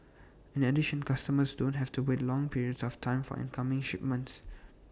in addition customers don't have to wait long periods of time for incoming shipments